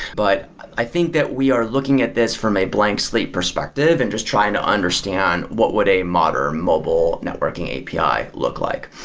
but i think that we are looking at this from a blank slate perspective and just trying to understand what would a modern mobile networking api look like.